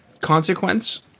consequence